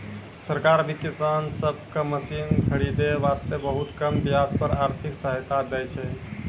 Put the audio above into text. सरकार भी किसान सब कॅ मशीन खरीदै वास्तॅ बहुत कम ब्याज पर आर्थिक सहायता दै छै